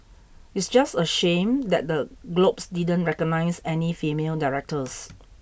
it's just a shame that the Globes didn't recognise any female directors